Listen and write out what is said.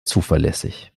zuverlässig